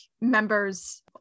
members